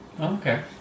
Okay